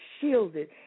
shielded